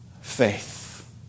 faith